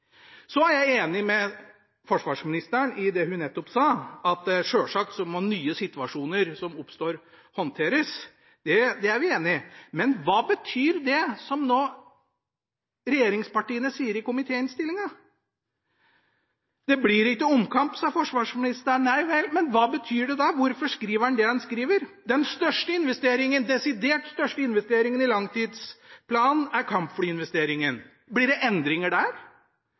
Så er jeg enig med forsvarsministeren i det hun nettopp sa, at selvsagt må nye situasjoner som oppstår, håndteres. Det er vi enige i. Men hva betyr det som regjeringspartiene nå sier i komitéinnstillingen? Det blir ikke omkamp, sa forsvarsministeren. Nei vel, men hva betyr det da, hvorfor skriver en det en skriver? Den største investeringen – desidert største investeringen – i langtidsplanen er kampflyinvesteringen. Blir det endringer der?